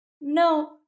no